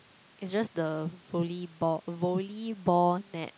it's just the volleyball volleyball net